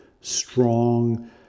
strong